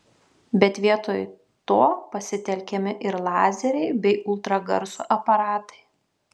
bet vietoj to pasitelkiami ir lazeriai bei ultragarso aparatai